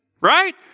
right